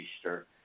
Easter